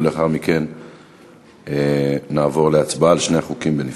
ולאחר מכן נעבור להצבעות על שני החוקים בנפרד.